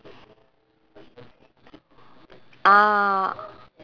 so ya that's !wah! that's it's like a savouring